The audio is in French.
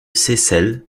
seyssel